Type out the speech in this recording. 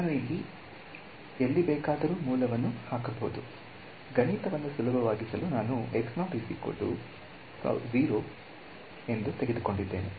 ನಾನು ಎಲ್ಲಿ ಬೇಕಾದರೂ ಮೂಲವನ್ನು ಹಾಕಬಹುದು ಗಣಿತವನ್ನು ಸುಲಭಗೊಳಿಸಲು ನಾನು ಹೊಂದಿದ್ದೇನೆ